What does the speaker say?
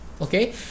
Okay